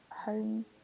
Home